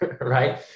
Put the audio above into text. right